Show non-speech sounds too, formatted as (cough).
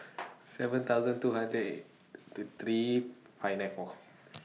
(noise) seven thousand two hundred and two three five nine four